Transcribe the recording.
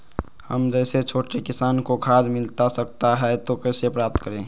हम जैसे छोटे किसान को खाद मिलता सकता है तो कैसे प्राप्त करें?